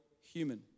human